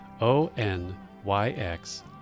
O-N-Y-X